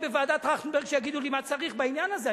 בוועדת-טרכטנברג שיגידו לי מה צריך בעניין הזה.